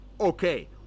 Okay